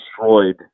destroyed